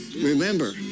remember